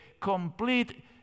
complete